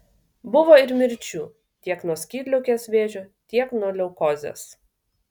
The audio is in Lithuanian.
buvo ir mirčių tiek nuo skydliaukės vėžio tiek nuo leukozės